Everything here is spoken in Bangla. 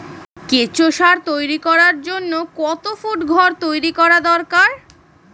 কেঁচো সার তৈরি করার জন্য কত ফুট ঘর তৈরি করা দরকার?